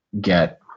get